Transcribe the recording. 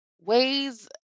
ways